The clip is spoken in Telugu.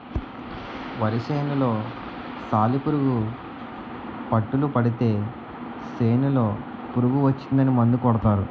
వరి సేనులో సాలిపురుగు పట్టులు పడితే సేనులో పురుగు వచ్చిందని మందు కొడతారు